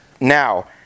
Now